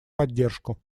поддержку